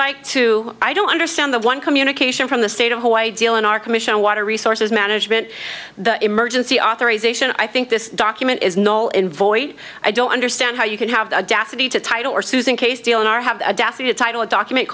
like to i don't understand the one communication from the state of hawaii deal in our commission on water resources management the emergency authorization i think this document is no in void i don't understand how you could have the audacity to title or susan casteel in our have the audacity to title a document